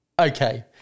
Okay